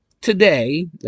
today